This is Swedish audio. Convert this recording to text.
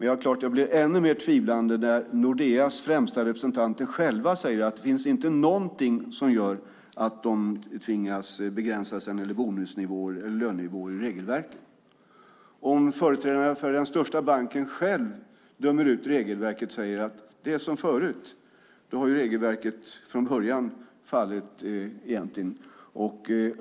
Jag blir ännu mer tvivlande när Nordeas främsta representanter själva säger att det inte finns någonting i regelverket som gör att de tvingas begränsa sig när det gäller bonusnivåer eller lönenivåer. Om företrädarna för den största banken själva dömer ut regelverket och säger att det är som förut har regelverket från början fallit.